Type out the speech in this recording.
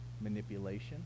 manipulation